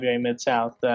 Mid-South